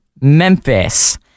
Memphis